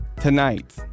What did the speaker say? Tonight